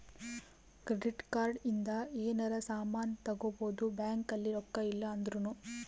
credit card ಇಂದ ಯೆನರ ಸಾಮನ್ ತಗೊಬೊದು ಬ್ಯಾಂಕ್ ಅಲ್ಲಿ ರೊಕ್ಕ ಇಲ್ಲ ಅಂದೃನು